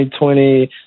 2020